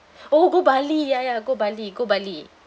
oh go bali ya ya go bali go bali